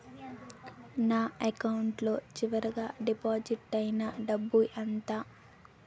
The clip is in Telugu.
నా అకౌంట్ లో చివరిగా డిపాజిట్ ఐనా డబ్బు ఎంత?